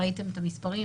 ראיתם את המספרים.